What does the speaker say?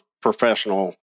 professional